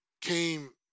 came